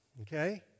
Okay